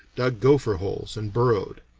dug gopher holes, and burrowed.